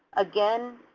again,